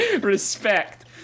respect